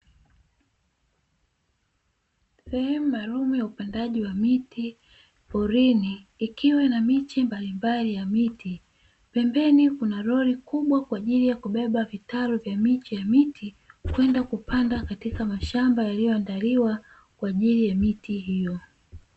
Sehemu maalumu ya upandaji wa miti porini ikiwa na miche mbalimbali ya miti pembeni kuna roli kubwa kwa ajili ya kubeba vitalu vya miche ya miti na kwenda kupanda katika mashamba yaliyoandaliwa kwa ajili ya miti hiyo.